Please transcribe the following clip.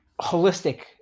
holistic